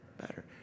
Better